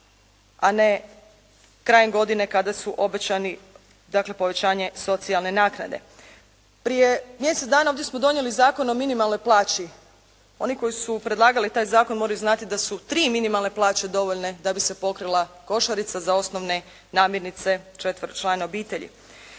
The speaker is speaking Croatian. a ne krajem godine kada su obećani, dakle socijalne naknade. Prije mjesec dana ovdje smo donijeli Zakon o minimalnoj plaći, oni koji su predlagali taj zakon moraju znati da su tri minimalne plaće dovoljne da bi se pokrila košarica za osnovne namirnice četveročlane obitelji.